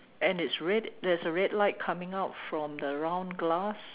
and it's red there's a red light coming out from the round glass